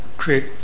create